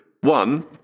One